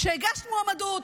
שהגשת מועמדות.